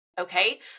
okay